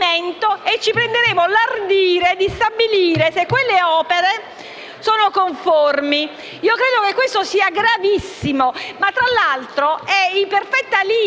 e ci prenderemo l’ardire di stabilire se le opere previste sono conformi. Io credo che questo sia gravissimo ma, tra l’altro, è in perfetta linea